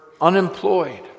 unemployed